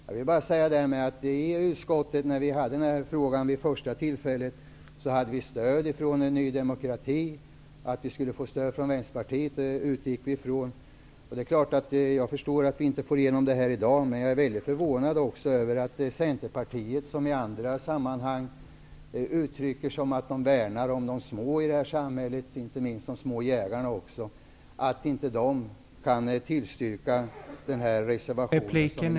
När vi tog upp denna fråga i utskottet hade vi först stöd från Ny demokrati. Att vi skulle få stöd från Vänsterpartiet utgick vi från. Jag förstår att vi inte får igenom vårt förslag här i dag. Men jag är förvånad över att Centerpartiet, som i andra sammanhang uttrycker att de värnar om de små i samhället, inte minst de små jägarna, inte kan tillstyrka reservationen.